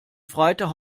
freitag